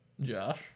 Josh